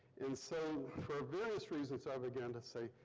and so, for various reasons i began to say,